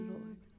Lord